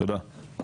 תודה.